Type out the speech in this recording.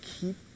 keep